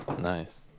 Nice